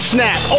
Snap